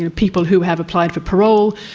people who have applied for parole,